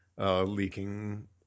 Leaking